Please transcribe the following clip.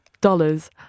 dollars